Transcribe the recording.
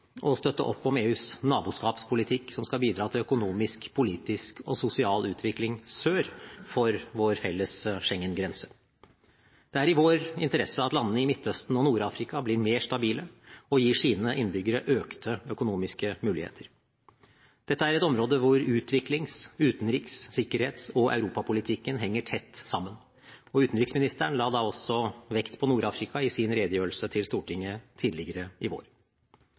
å støtte opp om EUs naboskapspolitikk som skal bidra til økonomisk, politisk og sosial utvikling sør for vår felles Schengen-grense. Det er i vår interesse at landene i Midtøsten og Nord-Afrika blir mer stabile og gir sine innbyggere økte økonomiske muligheter. Dette er et område hvor utviklings-, utenriks-, sikkerhets- og europapolitikken henger tett sammen, og utenriksministeren la da også vekt på Nord-Afrika i sin redegjørelse til Stortinget tidligere i vår.